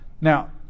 Now